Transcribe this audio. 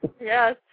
Yes